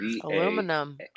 aluminum